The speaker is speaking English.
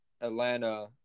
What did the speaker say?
Atlanta